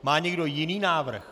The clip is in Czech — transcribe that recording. Má někdo jiný návrh?